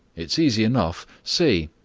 is easy enough see!